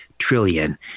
trillion